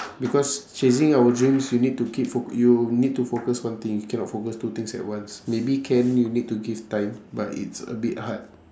because chasing our dreams you need keep fo~ you need to focus one thing you cannot focus two things at once maybe can you need to give time but it's a bit hard